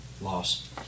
loss